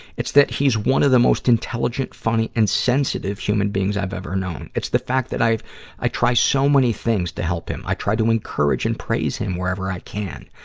it's that he's one of the most intelligent, funny, and sensitive human beings i've ever known. it's the fact that i try so many things to help him. i try to encourage and praise him wherever i can.